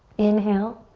inhale.